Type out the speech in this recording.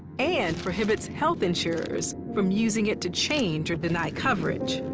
and prohibits health insurers from using it to change or deny coverage.